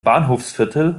bahnhofsviertel